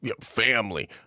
family